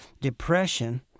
Depression